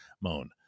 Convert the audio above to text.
Moan